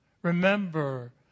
Remember